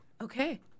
Okay